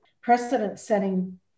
precedent-setting